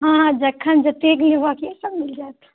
हँ जखन जते लेबे के सब मिल जायत